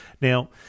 Now